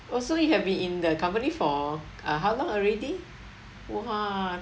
oh so you have been in the company for uh how long already !wah!